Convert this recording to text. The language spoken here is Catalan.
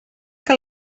que